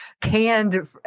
canned